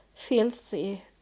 filthy